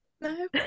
no